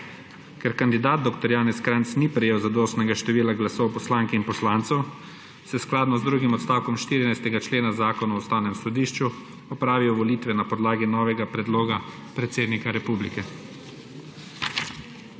Ker kandidat dr. Janez Kranjc ni prejel zadostnega števila glasov poslank in poslancev, se skladno z drugim odstavkom 14. člena Zakona o Ustavnem sodišču opravijo volitve na podlagi novega predloga predsednika Republike.